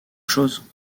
chose